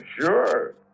Sure